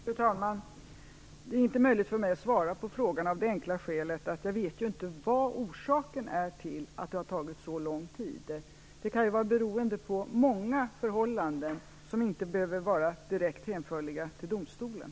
Fru talman! Det är inte möjligt för mig att svara på frågan av det enkla skälet att jag inte vet vad orsaken är till att det har tagit så lång tid. Det kan vara beroende på många förhållanden som inte behöver vara direkt hänförliga till domstolen.